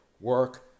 work